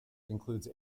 includes